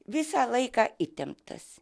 visą laiką įtemptas